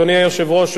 אדוני היושב-ראש,